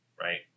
Right